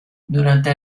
durante